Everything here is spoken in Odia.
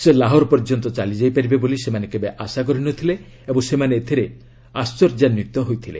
ସେ ଲାହୋର ପର୍ଯ୍ୟନ୍ତ ଚାଲିଯାଇପାରିବେ ବୋଲି ସେମାନେ କେବେ ଆଶା କରିନଥିଲେ ଏବଂ ସେମାନେ ଏଥିରେ ଆର୍ଚ୍ଚର୍ଯ୍ୟାନ୍ୱିତ ହୋଇଥିଲେ